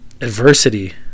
adversity